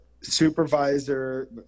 supervisor